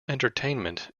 entertainment